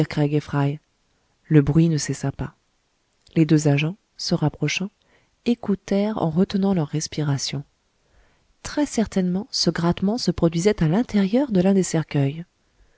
le bruit ne cessa pas les deux agents se rapprochant écoutèrent en retenant leur respiration très certainement ce grattement se produisait à l'intérieur de l'un des cercueils